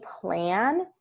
plan